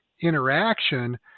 interaction